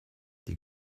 die